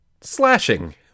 slashing